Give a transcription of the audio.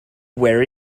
where